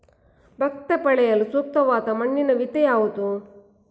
ಭತ್ತ ಬೆಳೆಯಲು ಸೂಕ್ತವಾದ ಮಣ್ಣಿನ ವಿಧ ಯಾವುದು?